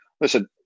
Listen